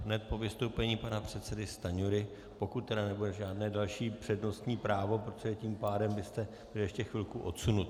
Hned po vystoupení pana předsedy Stanjury, pokud nebude žádné další přednostní právo, protože tím pádem byste byl ještě chvilku odsunut.